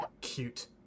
Cute